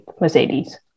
Mercedes